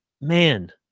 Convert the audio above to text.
man